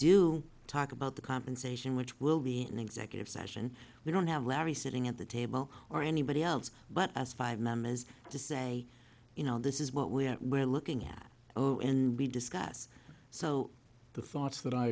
do talk about the compensation which will be in executive session we don't have larry sitting at the table or anybody else but as five members to say you know this is what we are we're looking at oh and we discuss so the thoughts that i